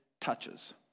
touches